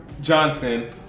Johnson